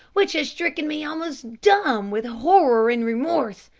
which has stricken me almost dumb with horror and remorse.